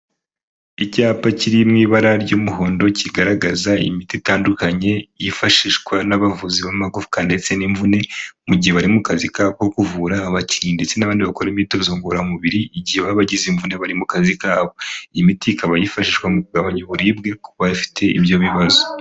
Icyapa kiri mu ibara ry'umuhondo, kigaragaza imiti itandukanye yifashishwa n'abavuzi b'amagufwa ndetse n'imvune mu gihe bari mu kazi kabo ko kuvura abakinnyi ndetse n'abandi bakora imyitozo ngororamubiri igihe baba bagize imvune bari mu kazi kabo. Iyi miti ikaba yifashishwa mu kugabanya uburibwe ku bafite ibyo bibazo.